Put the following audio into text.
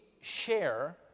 share